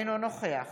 אינו נוכח